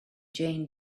jane